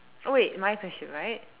oh wait my question right